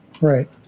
Right